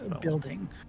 building